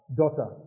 daughter